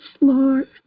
Lord